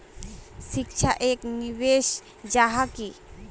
शिक्षा एक निवेश जाहा की?